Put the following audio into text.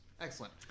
Excellent